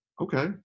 okay